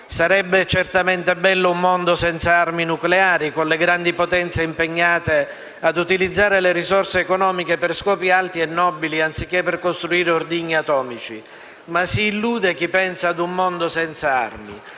Sarebbe certamente bello un mondo senza armi nucleari, con le grandi potenze impegnate ad utilizzare le risorse economiche per scopi alti e nobili, anziché per costruire ordigni atomici. Tuttavia si illude chi pensa a un mondo senza armi